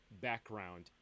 background